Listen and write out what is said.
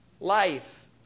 life